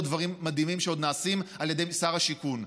דברים מדהימים שנעשים על ידי שר השיכון,